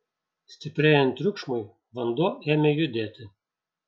stiprėjant triukšmui vanduo ėmė judėti